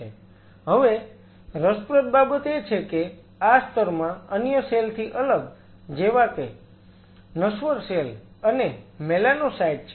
હવે રસપ્રદ બાબત એ છે કે આ સ્તરમાં અન્ય સેલ થી અલગ જેવા કે નશ્વર સેલ અને મેલાનોસાઈટ્સ છે